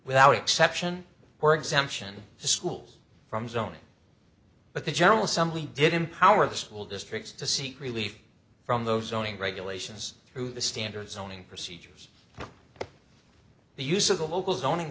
without exception or exemption to schools from zoning but the general assembly did empower the school districts to seek relief from those zoning regulations through the standard zoning procedures and the use of the local zoning